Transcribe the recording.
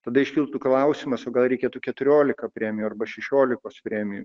tada iškiltų klausimas o gal reikėtų keturiolika premijų arba šešiolikos premijų